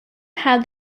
had